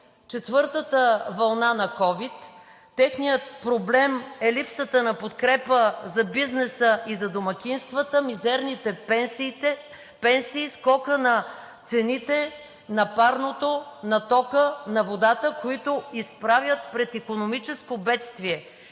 четвъртата вълна на Ковид, техният проблем е липсата на подкрепа за бизнеса и за домакинствата, мизерните пенсии, скокът на цените на парното, на тока, на водата, които изправят пред икономическо бедствие